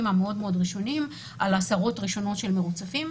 המאוד-מאוד ראשוניים על עשרות ראשונות של מרוצפים.